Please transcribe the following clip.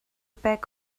bag